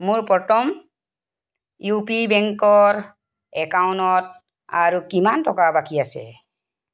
মোৰ প্ৰথম U P বেংকৰ একাউণ্টত আৰু কিমান টকা বাকী আছে